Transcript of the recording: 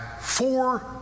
four